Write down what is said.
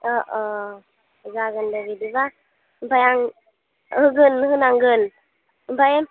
अ अ जागोन दे बिदिबा ओमफ्राय आं होगोन होनांगोन ओमफ्राय